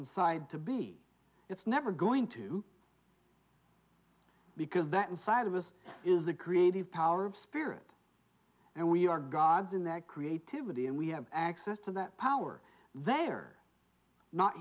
inside to be it's never going to because that inside of us is the creative power of spirit and we are gods in that creativity and we have access to that power they are not